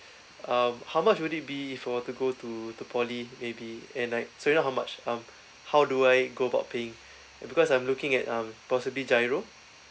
um how much would it be for to go to to poly maybe and like so how much um how do I go about paying because I'm looking at um possibly giro